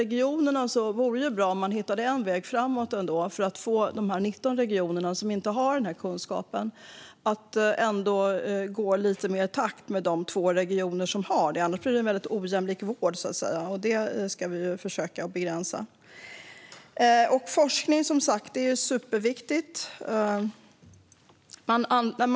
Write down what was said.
Det vore ändå bra om man hittade en väg framåt så att de 19 regionerna som inte har den här kunskapen kan gå lite mer i takt med de två regioner som har den. Annars blir det en väldigt ojämlik vård, och det ska vi ju försöka begränsa. Forskning är som sagt superviktigt.